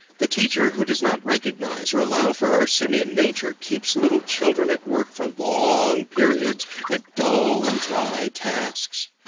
the teacher who does not recognize or allow for our simian nature, keeps little children at work for long periods at dull and dry tasks.